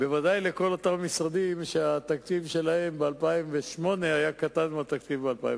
ודאי לכל אותם משרדים שהתקציב שלהם ב-2008 היה קטן מהתקציב ב-2009.